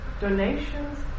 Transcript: donations